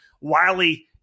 Wiley